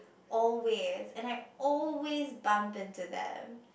always and I always bump into them